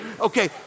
Okay